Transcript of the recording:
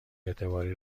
اعتباری